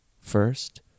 first